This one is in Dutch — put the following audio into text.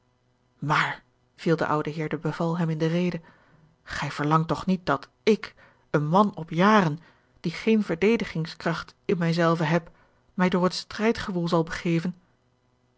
maar viel de oude heer de beval hem in de rede gij verlangt toch niet dat ik een man op jaren die geene verdedigings kracht in mij zelven heb mij door het strijdgewoel zal begeven